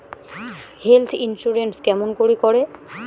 Health insurance কেমন করি করে?